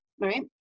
right